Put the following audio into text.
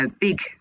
big